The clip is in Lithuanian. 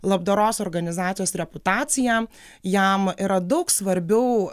labdaros organizacijos reputacija jam yra daug svarbiau